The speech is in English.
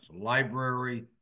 Library